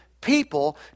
people